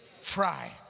Fry